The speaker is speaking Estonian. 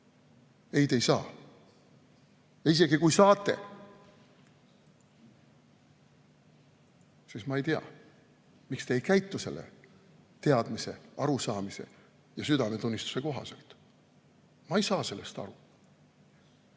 Ei, te ei saa. Ja isegi kui saate, siis ma ei tea, miks te ei käitu selle teadmise, arusaamise ja südametunnistuse kohaselt. Ma ei saa sellest